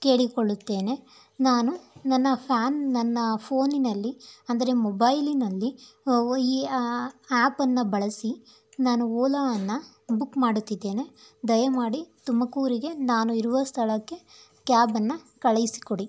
ಕೇಳಿಕೊಳ್ಳುತ್ತೇನೆ ನಾನು ನನ್ನ ಫ್ಯಾನ್ ನನ್ನ ಫೋನಿನಲ್ಲಿ ಅಂದರೆ ಮೊಬೈಲಿನಲ್ಲಿ ಆ್ಯಪನ್ನು ಬಳಸಿ ನಾನು ಓಲಾವನ್ನು ಬುಕ್ ಮಾಡುತ್ತಿದ್ದೇನೆ ದಯಮಾಡಿ ತುಮಕೂರಿಗೆ ನಾನು ಇರುವ ಸ್ಥಳಕ್ಕೆ ಕ್ಯಾಬನ್ನು ಕಳಿಸ್ಕೊಡಿ